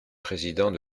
président